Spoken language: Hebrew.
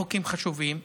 חוקים חשובים.